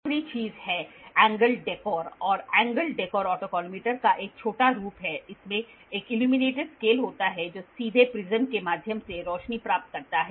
आखिरी चीज है एंगल डेकोर और एंगल डेकोर ऑटोकॉलिमेटर का एक छोटा रूप है इसमें एक इल्यूमिनेटेड स्केल होता है जो सीधे प्रिज्म के माध्यम से रोशनी प्राप्त करता है